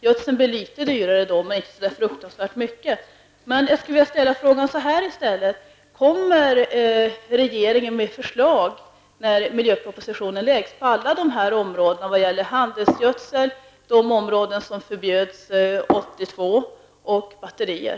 Gödseln blir då litet dyrare, men inte så fruktansvärt mycket. Kommer regeringen när miljöpropositionen läggs fram med förslag på alla dessa områden, dvs. när det gäller handelsgödsel, de områden där användning av kadmium förbjöds år 1982 och batterier?